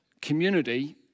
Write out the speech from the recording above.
community